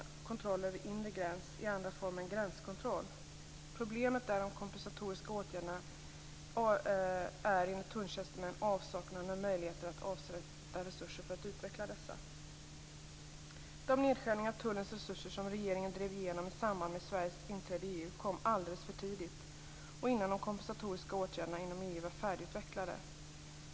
Problemet med de kompensatoriska åtgärderna är, enligt tulltjänstemän, avsaknaden av möjligheter att avsätta resurser för att utveckla dessa.